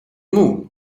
moon